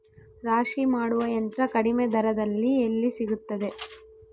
ರಾಶಿ ಮಾಡುವ ಯಂತ್ರ ಕಡಿಮೆ ದರದಲ್ಲಿ ಎಲ್ಲಿ ಸಿಗುತ್ತದೆ?